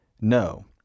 no